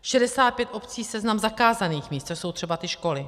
65 obcí seznam zakázaných míst, to jsou třeba ty školy.